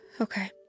Okay